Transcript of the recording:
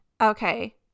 Okay